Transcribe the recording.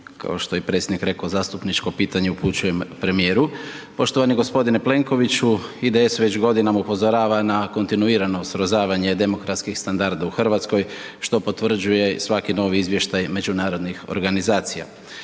kao što je i predsjednik rekao, zastupničko pitanje upućujem premijeru. Poštovani g. Plenkoviću, IDS već godinama upozorava na kontinuirano srozavanje demokratskih standarda u RH, što potvrđuje svaki novi izvještaj međunarodnih organizacija.